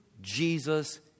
Jesus